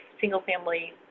single-family